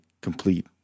complete